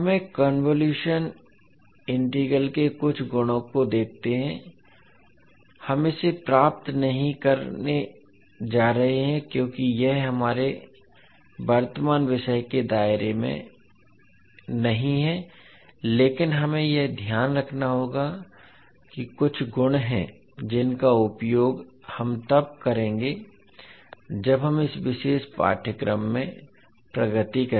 अब हमें convolution integral के कुछ गुणों को देखते हैं हम इसे प्राप्त नहीं करने जा रहे हैं क्योंकि यह हमारे वर्तमान विषय के दायरे की तरह नहीं है लेकिन हमें यह ध्यान रखना होगा कि कुछ गुण हैं जिनका उपयोग हम तब करेंगे जब हम इस विशेष पाठ्यक्रम में प्रगति